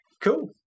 Cool